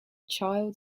child